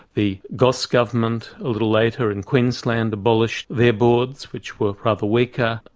the goss government a little later in queensland abolished their boards which were rather weaker.